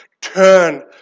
turn